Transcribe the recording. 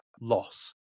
loss